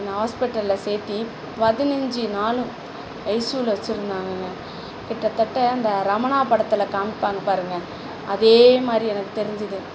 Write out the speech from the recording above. அந்த ஹாஸ்ப்பிட்டல்ல சேர்த்தி பதினஞ்சு நாள் ஐசியூவில் வச்சுருந்தாங்கங்க கிட்டத்தட்ட இந்த ரமணா படத்தில் காமிப்பாங்க பாருங்கள் அதே மாதிரி எனக்கு தெரிஞ்சுது